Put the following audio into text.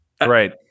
Right